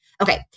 okay